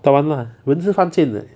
当然啦人就是犯贱的